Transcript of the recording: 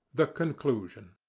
the conclusion.